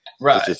right